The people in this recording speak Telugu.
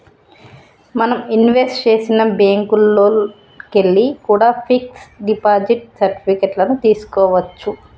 మనం ఇన్వెస్ట్ చేసిన బ్యేంకుల్లోకెల్లి కూడా పిక్స్ డిపాజిట్ సర్టిఫికెట్ లను తీస్కోవచ్చు